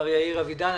מר יאיר אבידן.